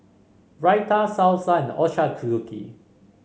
Raita Salsa and Ochazuke